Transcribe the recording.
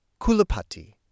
Kulapati